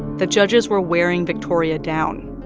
the judges were wearing victoria down.